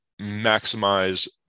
maximize